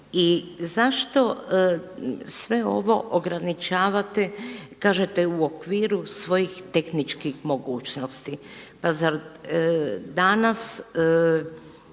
i zašto sve ovo ograničavate, kažete u okviru svojih tehničkih mogućnosti? Pa zar danas